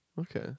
okay